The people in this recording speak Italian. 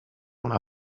una